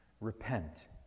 Repent